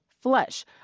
flesh